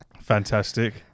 Fantastic